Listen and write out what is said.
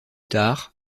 tard